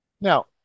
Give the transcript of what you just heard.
Now